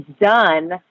done